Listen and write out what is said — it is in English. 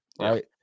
right